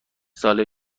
ساله